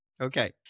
Okay